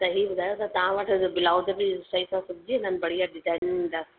त हीअ ॿुधायो की तव्हां वटि ब्लाउज़ बि सही सां सिबजी वेंदा आहिनि बढ़िया डिजाइनुनि जा